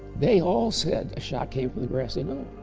they all said a shot came from the grossy knoll.